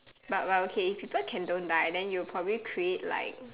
but but okay if people can don't die then you'll probably create like